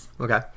Okay